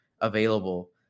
available